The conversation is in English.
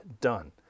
done